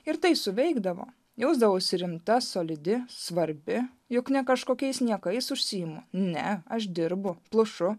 ir tai suveikdavo jausdavausi rimta solidi svarbi juk ne kažkokiais niekais užsiimu ne aš dirbu plušu